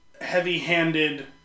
heavy-handed